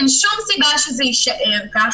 אין שום סיבה שזה יישאר כך,